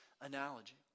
analogy